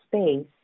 space